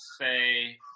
say